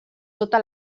tota